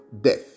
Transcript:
death